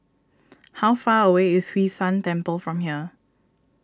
how far away is Hwee San Temple from here